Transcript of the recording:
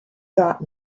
got